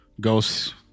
ghosts